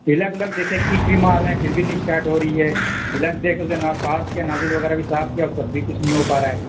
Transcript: plug ولگ دیکھے kick بھی مار رہے ہیں پھر بھی نہیں اسٹارٹ ہو رہی ہے پلگ دیکھ کے اسے نا صاف کیا نوزل وغیرہ بھی صاف کیا تب بھی کچھ نہیں ہو پا رہا ہے